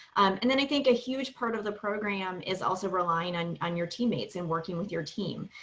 and then i think a huge part of the program is also relying on on your teammates and working with your team.